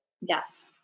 Yes